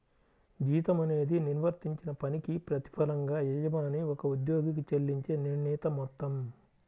జీతం అనేది నిర్వర్తించిన పనికి ప్రతిఫలంగా యజమాని ఒక ఉద్యోగికి చెల్లించే నిర్ణీత మొత్తం